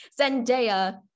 Zendaya